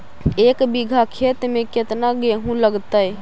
एक बिघा खेत में केतना गेहूं लगतै?